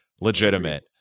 legitimate